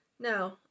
No